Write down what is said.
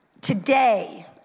Today